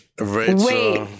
wait